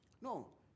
No